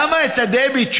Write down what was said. למה את הדביט,